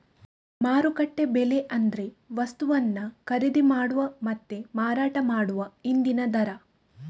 ಮಾರುಕಟ್ಟೆ ಬೆಲೆ ಅಂದ್ರೆ ವಸ್ತುವನ್ನ ಖರೀದಿ ಮಾಡುವ ಮತ್ತೆ ಮಾರಾಟ ಮಾಡುವ ಇಂದಿನ ದರ